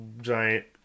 giant